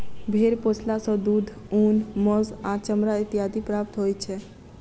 भेंड़ पोसला सॅ दूध, ऊन, मौंस आ चमड़ा इत्यादि प्राप्त होइत छै